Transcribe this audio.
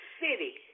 city